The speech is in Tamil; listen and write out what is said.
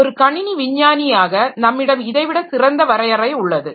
ஒரு கணினி விஞ்ஞானியாக நம்மிடம் இதைவிட சிறந்த வரையறை உள்ளது